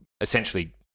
essentially